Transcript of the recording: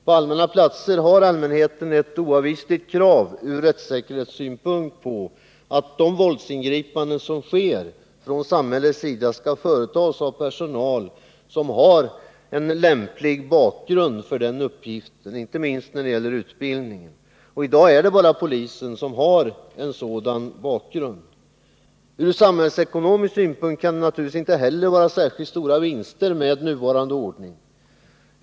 På allmänna platser har allmänheten från rättssäkerhetssynpunkt en oavvislig rätt att kräva att de våldsingripanden som sker från samhällets sida skall företas av personal som har en lämplig bakgrund för uppgiften, inte minst när det gäller utbildningen. Och i dag är det bara polisen som har en sådan bakgrund. Från samhällsekonomisk synpunkt kan det naturligtvis inte heller vara särskilt stora vinster med nuvarande ordning.